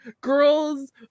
Girls